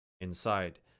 inside